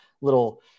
little